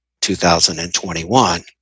2021